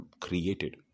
created